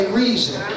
reason